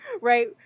Right